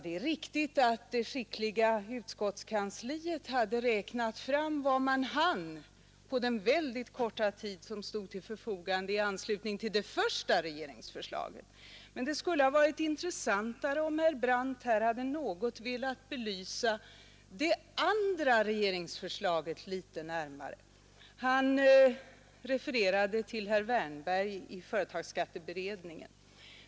Det är riktigt att det skickliga utskottskansliet hade räknat fram vad man hann på den mycket korta tid som stod till förfogande i anslutning till det första regeringsförslaget. Men det skulle ha varit intressantare, om herr Brandt hade velat belysa det andra regerings. förslaget litet närmare. Han refererade till herr Wärnberg i företagsskatteberedningen.